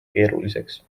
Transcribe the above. keeruliseks